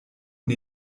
und